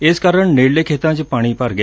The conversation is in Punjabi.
ਜਿਸ ਕਾਰਨ ਨੇੜਲੇ ਖੇਤਾ ਚ ਪਾਣੀ ਭਰ ਗਿਆ